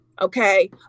Okay